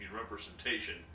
representation